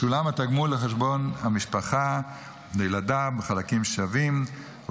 ישולם התגמול לחשבון המשפחה בחלקים שווים לילדיו,